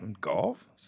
golf